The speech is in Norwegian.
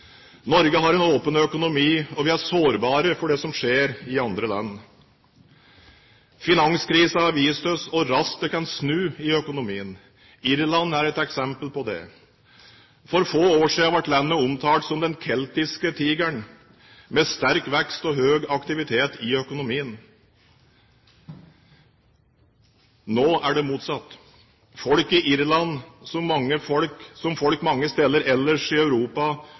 Norge har en åpen økonomi, og vi er sårbare for det som skjer i andre land. Finanskrisen har vist oss hvor raskt det kan snu i økonomien. Irland er et eksempel på det. For få år siden ble landet omtalt som «den keltiske tigeren», med sterk vekst og høy aktivitet i økonomien. Nå er det motsatt. Folk i Irland, som folk mange andre steder i Europa,